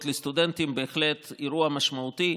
לסטודנטים היא בהחלט אירוע משמעותי.